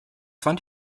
fand